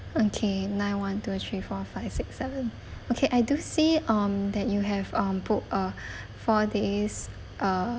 okay nine one two three four five six seven okay I do see um that you have um book uh four days uh